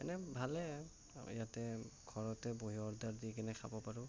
এনেই ভালে ইয়াতে ঘৰতে বহি অৰ্ডাৰ দি কিনে খাব পাৰোঁ